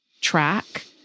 track